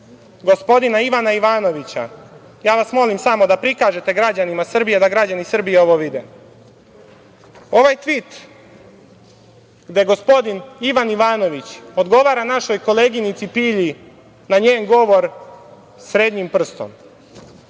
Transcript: gospodina Ivana Ivanovića, ja vas molim samo da prikažete građanima Srbije, da građani Srbije ovo vide. Ovaj tvit gde gospodin Ivan Ivanović odgovara našoj koleginici Pilji na njen govor srednjim prstom.